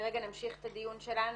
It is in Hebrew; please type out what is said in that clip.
כרגע נמשיך את הדיון שלנו,